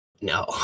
No